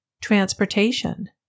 Transportation